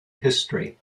history